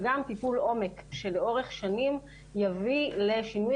וגם טיפול עומק שלאורך שנים יביא לשינוי